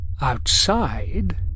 Outside